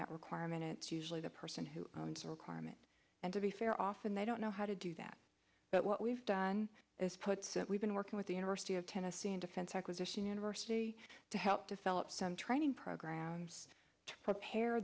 that requirement it's usually the person who has a requirement and to be fair often they don't know how to do that but what we've done is put since we've been working with the university of tennessee in defense acquisition university to help develop some training programs to prepare